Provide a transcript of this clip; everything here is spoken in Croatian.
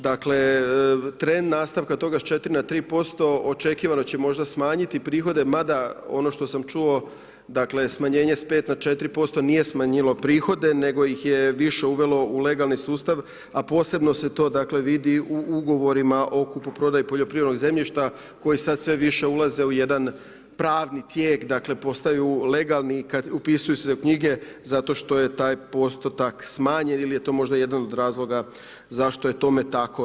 Dakle trend nastavka toga s 4 na 3% očekivano će možda smanjiti prihode, mada ono što sam čuo smanjenje s 5 na 4% nije smanjivalo prihode, nego ih je više uvelo u legalni sustav, a posebno se to vidi u ugovorima o kupoprodaji poljoprivrednog zemljišta koji sad sve više ulaze u jedan pravni tijek, dakle postaju legalni kad upisuju se u knjige zato što je taj postotak smanjen ili je to možda jedan od razloga zašto je tome tako.